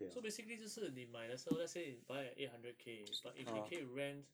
so basically 就是你买的 so let's say 你 buy at eight hundred K but if 你可以 rent